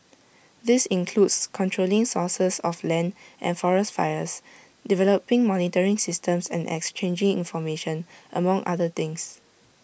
this includes controlling sources of land and forest fires developing monitoring systems and exchanging information among other things